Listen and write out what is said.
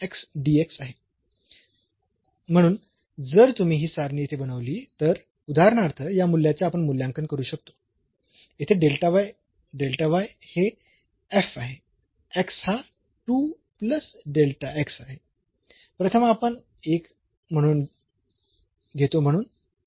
म्हणून जर तुम्ही ही सारणी येथे बनविली तर उदाहरणार्थ या मूल्याचे आपण मूल्यांकन करू शकतो येथे हे आहे हा आहे प्रथम आपण 1 म्हणून घेतो म्हणून